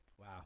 Wow